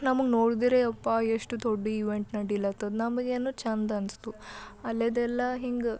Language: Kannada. ನಮಗೆ ನೋಡಿದ್ರೆ ಅಪ್ಪಾ ಎಷ್ಟು ದೊಡ್ಡ ಇವೆಂಟ್ ನಡೀಲತ್ತದೆ ನಮಗೆಯೂ ಚೆಂದ ಅನ್ನಿಸ್ತು ಅಲ್ಲಿದ್ದೆಲ್ಲ ಹಿಂಗೆ